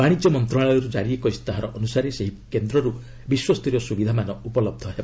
ବାଣିଜ୍ୟ ମନ୍ତ୍ରଣାଳୟରୁ ଜାରି ଏକ ଇସ୍ତାହାର ଅନୁସାରେ ସେହି କେନ୍ଦ୍ରରୁ ବିଶ୍ୱସ୍ତରୀୟ ସୁବିଧାମାନ ଉପଲହ୍ଧ ହେବ